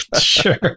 sure